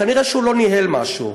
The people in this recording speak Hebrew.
כנראה הוא לא ניהל משהו.